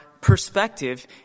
perspective